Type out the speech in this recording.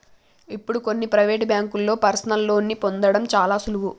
ఇప్పుడు కొన్ని ప్రవేటు బ్యేంకుల్లో పర్సనల్ లోన్ని పొందడం చాలా సులువు